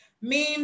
Memes